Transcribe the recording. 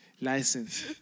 license